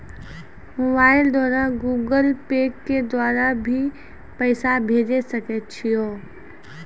Mobile द्वारा Google Pay के द्वारा भी पैसा भेजै सकै छौ?